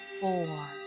four